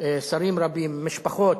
שרים רבים, משפחות,